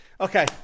okay